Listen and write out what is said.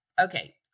okay